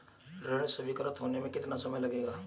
ऋण स्वीकृत होने में कितना समय लगेगा?